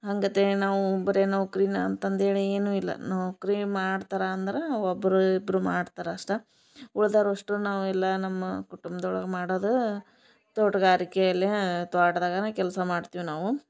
ಹಂಗತೆ ನಾವು ಬರೇ ನಾವು ನೌಕರಿನ ಅಂತಂದು ಹೇಳಿ ಏನು ಇಲ್ಲ ನೌಕರಿ ಮಾಡ್ತಾರ ಅಂದರ ಒಬ್ಬರು ಇಬ್ಬರು ಮಾಡ್ತರಷ್ಟ ಉಳ್ದೊರೊಷ್ಟು ನಾವೆಲ್ಲ ನಮ್ಮ ಕುಟುಂಬ್ದೊಳಗೆ ಮಾಡದ ತೋಟಗಾರಿಕೆ ಅಲ್ಲಿ ತ್ವಾಟದಾಗನ ಕೆಲಸ ಮಾಡ್ತಿವಿ ನಾವು